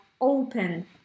open